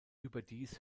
überdies